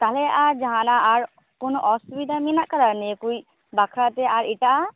ᱛᱟᱦᱚᱞᱮ ᱟᱨ ᱡᱟᱦᱟᱱᱟᱜ ᱟᱨ ᱠᱳᱱᱳ ᱚᱥᱩᱵᱤᱫᱷᱟ ᱢᱮᱱᱟᱜ ᱟᱠᱟᱫᱟ ᱱᱤᱭᱟᱹᱠᱚ ᱵᱟᱠᱷᱨᱟᱛᱮ ᱟᱨ ᱮᱴᱟᱜᱼᱟᱜ